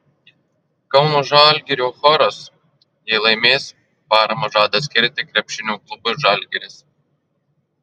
kauno žalgirio choras jei laimės paramą žada skirti krepšinio klubui žalgiris